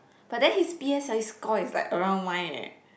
but then his p_s_l_e score is like around mine eh